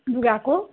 लुगाको